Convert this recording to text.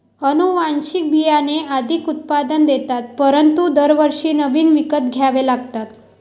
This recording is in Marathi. अनुवांशिक बियाणे अधिक उत्पादन देतात परंतु दरवर्षी नवीन विकत घ्यावे लागतात